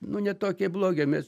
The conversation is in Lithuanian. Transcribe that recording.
nu ne tokie blogi mes